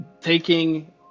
taking